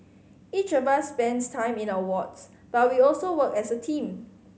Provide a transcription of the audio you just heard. each of us spends time in our wards but we also work as a team